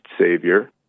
Savior